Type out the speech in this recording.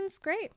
great